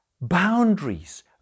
boundaries